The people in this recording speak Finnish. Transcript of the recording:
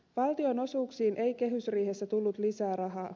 valtionosuuksiin ei kehysriihessä tullut lisää rahaa